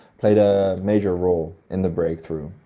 played a major role in the breakthrough.